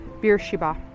Beersheba